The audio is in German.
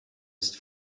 ist